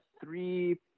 three